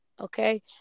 okay